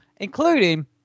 including